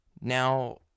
Now